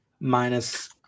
minus